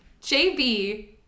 JB